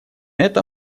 это